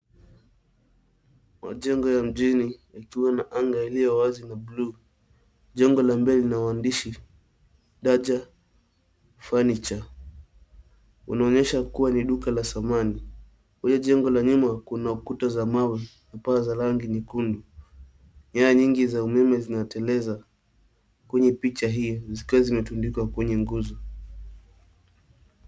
Majengo ya mjini yakiwa na anga iliyo wazi na blue . Jengo la mbele lina maandishi Daja Furniture , linaonyesha kuwa ni duka la samani. Kwenye jengo la nyuma kuna kuta za mawe na paa za rangi nyekundu. Nyaya nyingi za umeme zinateleza kwenye picha hiyo zikiwa zimetundikwa kwenye nguzo.